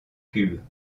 cube